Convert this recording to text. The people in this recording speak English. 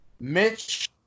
mitch